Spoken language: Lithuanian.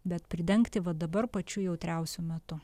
bet pridengti va dabar pačiu jautriausiu metu